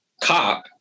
cop